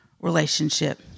relationship